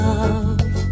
Love